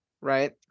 Right